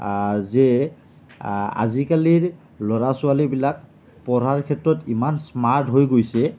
যে আজিকালিৰ ল'ৰা ছোৱালীবিলাক পঢ়াৰ ক্ষেত্ৰত ইমান স্মাৰ্ট হৈ গৈছে